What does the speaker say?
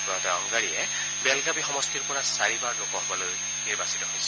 প্ৰয়াত অংগড়ীয়ে বেলগাবি সমষ্টিৰ পৰা চাৰিবাৰ লোকসভালৈ নিৰ্বাচিত হৈছিল